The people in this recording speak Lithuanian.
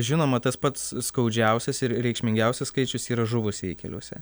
žinoma tas pats skaudžiausias ir reikšmingiausias skaičius yra žuvusieji keliuose